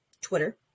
Twitter